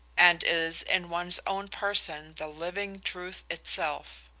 and is in one's own person the living truth itself.